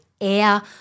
air